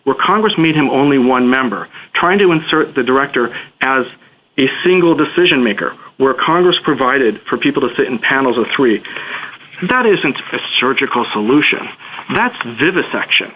were congress meeting only one member trying to insert the director as a single decision maker where congress provided for people to sit in panels of three that isn't a surgical solution that's vivisection